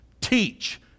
teach